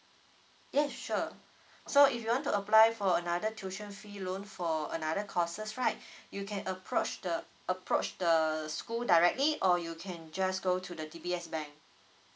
yes sure so if you want to apply for another tuition fee loan for another courses right you can approach the approach the school directly or you can just go to the D_B_S bank